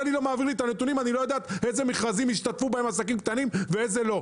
ולכן אני לא יודעת באילו מכרזים השתתפו עסקים קטנים ובאילו לא".